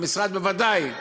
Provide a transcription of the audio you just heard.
אדוני השר,